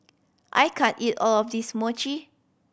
I can't eat all of this Mochi